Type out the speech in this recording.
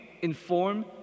inform